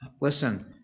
Listen